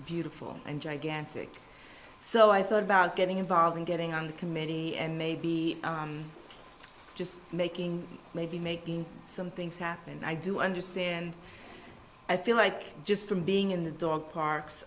beautiful and gigantic so i thought about getting involved and getting on the committee and maybe just making maybe making some things happen and i do understand i feel like just from being in the dog parks